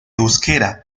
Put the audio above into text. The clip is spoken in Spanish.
euskera